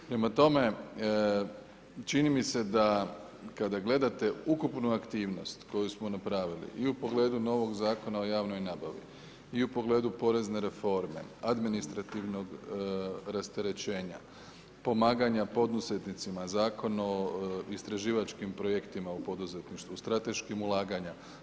Prema tome, čini mi se da kada gledate ukupnu aktivnost koju smo napravili i u pogledu novog Zakona o javnoj nabavi i u pogledu porezne reforme, administrativnog rasterećenja, pomaganja poduzetnicima, Zakon o istraživačkim projektima u poduzetništvu, strateških ulaganja.